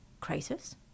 crisis